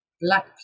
black